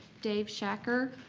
david shacker,